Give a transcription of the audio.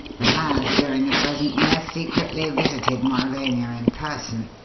but has, during the present year, secretly visited mauravania in person.